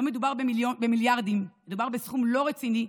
לא מדובר במיליארדים, מדובר בסכום לא רציני.